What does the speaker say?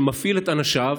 שמפעיל את אנשיו,